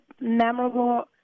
memorable